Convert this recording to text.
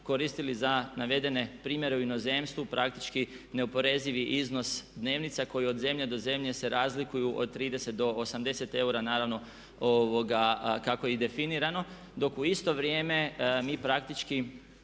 koristili za navedene primjere u inozemstvu praktički neoporezivi iznos dnevnica koji od zemlje do zemlje se razlikuju od 30 do 80 eura naravno kako je i definirano. Dok u isto vrijeme mi imamo